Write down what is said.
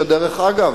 דרך אגב,